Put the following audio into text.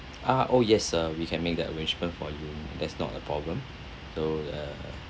ah oh yes uh we can make that arrangement for you that's not a problem so uh